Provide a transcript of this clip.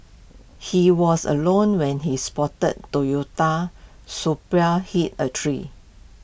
he was alone when his sporty Toyota Supra hit A tree